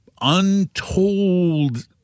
untold